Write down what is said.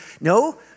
no